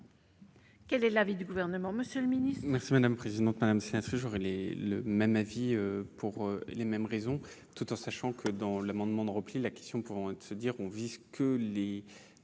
Quel est l'avis du Gouvernement ?